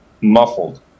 muffled